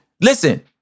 listen